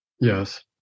Yes